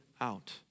out